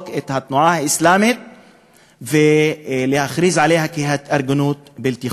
את התנועה האסלאמית ולהכריז עליה כהתארגנות בלתי חוקית.